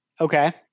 Okay